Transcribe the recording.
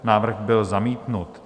Návrh byl zamítnut.